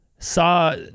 Saw